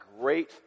great